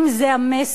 אם זה המסר,